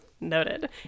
noted